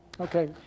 Okay